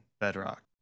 bedrock